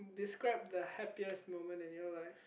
describe the happiest moment in your life